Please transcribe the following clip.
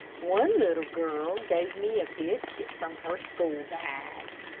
one little girl gave me a biscuit from her school bag.